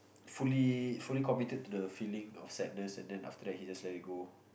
fully fully committed to the feeling of sadness and then after that he just let it go